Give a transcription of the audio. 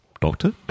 Doctor